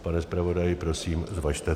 Pane zpravodaji, prosím, zvažte to.